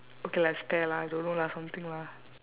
okay lah it's pear lah don't know lah something lah